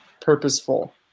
purposeful